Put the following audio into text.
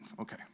okay